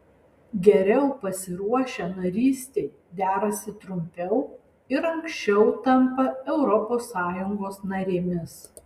geriau pasiruošę narystei derasi trumpiau ir anksčiau tampa europos sąjungos narėmis